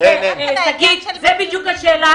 זאת בדיוק השאלה.